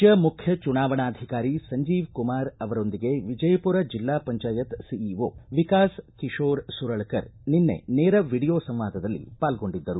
ರಾಜ್ಣ ಮುಖ್ಯ ಚುನಾವಣಾಧಿಕಾರಿ ಸಂಜೀವ್ ಕುಮಾರ್ ಅವರೊಂದಿಗೆ ವಿಜಯಪುರ ಜಿಲ್ಲಾ ಪಂಚಾಯತ್ ಸಿಇಓ ವಿಕಾಸ ಕಿಶೋರ ಸುರಳಕರ ನಿನ್ನೆ ನೇರ ವಿಡಿಯೋ ಸಂವಾದಲ್ಲಿ ಪಾಲ್ಗೊಂಡಿದ್ದರು